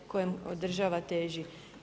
kojem država teži.